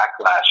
backlash